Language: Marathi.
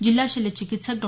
जिल्हा शल्य चिकित्सक डॉ